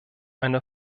eine